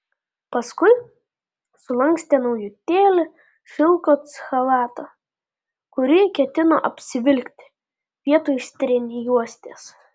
paskui sulankstė naujutėlį šilko chalatą kurį ketino apsivilkti vietoj strėnjuostės